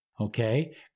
Okay